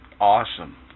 Awesome